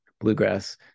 bluegrass